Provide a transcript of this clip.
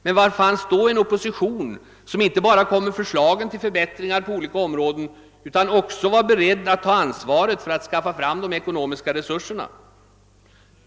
Men var fanns då en opposition, som inte bara kom med förslagen till förbättringar på olika områden utan också var beredd att ta ansvaret för att skaffa fram de ekonomiska resurserna?